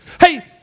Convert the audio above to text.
Hey